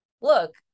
look